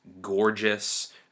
gorgeous